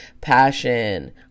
passion